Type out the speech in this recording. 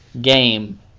game